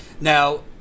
Now